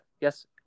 yes